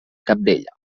cabdella